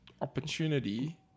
opportunity